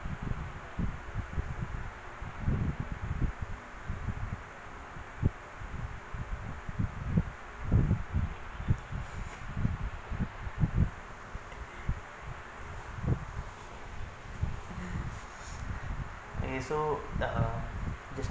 okay so uh